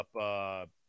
up